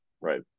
right